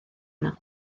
yno